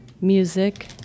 music